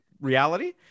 reality